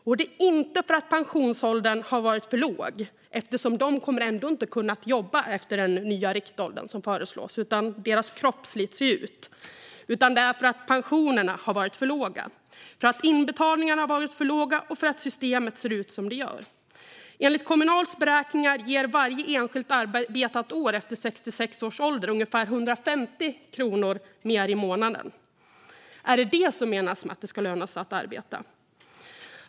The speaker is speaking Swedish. Och det är inte för att pensionsåldern har varit för låg. Dessa personer kommer ändå inte att kunna jobba efter den nya riktålder som föreslås - deras kroppar slits ut. Detta är en katastrof för att pensionerna har varit för låga, för att inbetalningarna har varit för låga och för att systemet ser ut som det gör. Enligt Kommunals beräkningar ger varje enskilt arbetat år efter 66 års ålder ungefär 150 kronor mer i månaden. Är det detta som menas med att det ska löna sig att arbeta?